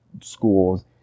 schools